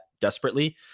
desperately